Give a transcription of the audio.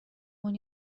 اون